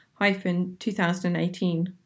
2018